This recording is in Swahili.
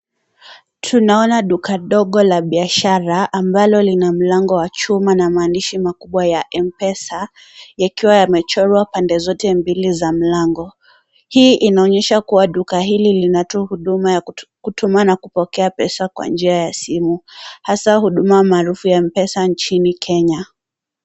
Tunaona Duka dogo la biashara ambalo lina mlango wa chuma na maandishi makubwa ya Mpesa yakiwa yamechorwa pande zote mbili za mlango. Hii inaonyesha kuwa Duka hili linatoa huduma ya kutuma na kupokea pesa kwa njia ya simu hasa Huduma maarufu ya Mpesa nchini Kenya.